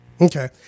Okay